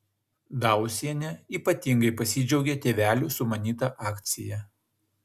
dausienė ypatingai pasidžiaugė tėvelių sumanyta akcija